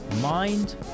mind